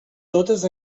totes